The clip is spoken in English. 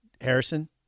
Harrison